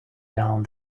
down